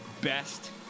best